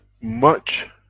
much